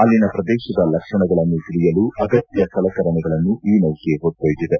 ಅಲ್ಲಿನ ಪ್ರದೇಶದ ಲಕ್ಷಣಗಳನ್ನು ತಿಳಿಯಲು ಆಗತ್ಕ ಸಲಕರಣೆಗಳನ್ನು ಈ ನೌಕೆ ಹೊತ್ತೊಯ್ದಿದೆ